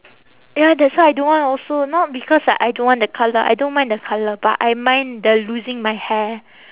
ya that's why I don't want also not because like I don't want the colour I don't mind the colour but I mind the losing my hair